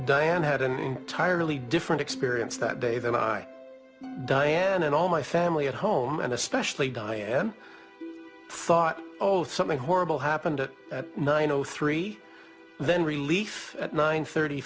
diane had an entirely different experience that day than i diane and all my family at home and especially diane sawyer oath something horrible happened at nine o three and then relief at nine thirty